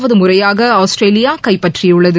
வது முறையாக ஆஸ்திரேலியா கைப்பற்றியுள்ளது